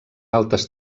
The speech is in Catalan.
altes